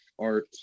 art